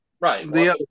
Right